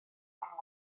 ormod